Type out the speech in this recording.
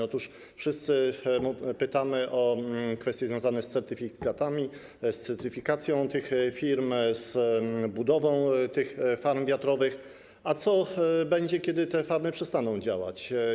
Otóż wszyscy pytamy o kwestie związane z certyfikatami, z certyfikacją tych firm, z budową tych farm wiatrowych, a co będzie, kiedy te farmy przestaną działać?